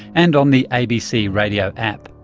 and on the abc radio app.